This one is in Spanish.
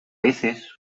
veces